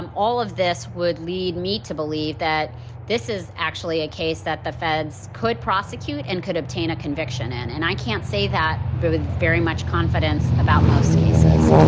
um all of this would lead me to believe that this is actually a case that the feds could prosecute and could obtain a conviction in. and i can't say that with very much confidence about most cases.